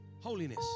holiness